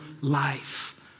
life